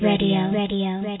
Radio